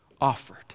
offered